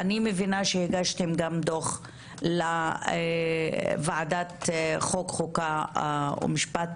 אני מבינה שהגשתם דוח לוועדת חוק חוקה ומשפט